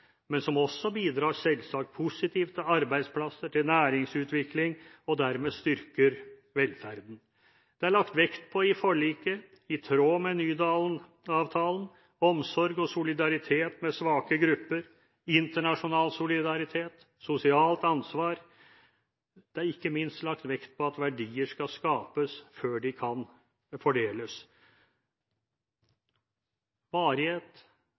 men bidrar også selvsagt positivt til arbeidsplasser og til næringsutvikling og styrker dermed velferden. Det er i forliket lagt vekt på, i tråd med Nydalen-avtalen, omsorg og solidaritet med svake grupper, internasjonal solidaritet og sosialt ansvar. Det er ikke minst lagt vekt på at verdier skal skapes før de kan fordeles.